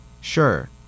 Sure